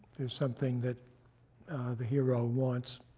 there's something that the hero wants,